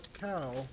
cow